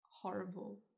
horrible